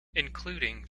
including